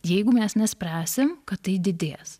jeigu mes nespręsim kad tai didės